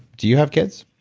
do you have kids?